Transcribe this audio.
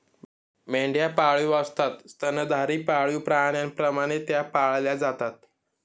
मेंढ्या पाळीव असतात स्तनधारी पाळीव प्राण्यांप्रमाणे त्या पाळल्या जातात